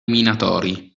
minatori